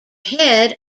head